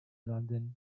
london